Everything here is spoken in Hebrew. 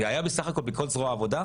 כי היה בסך הכל בכל זרוע העבודה,